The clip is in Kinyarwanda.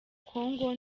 congo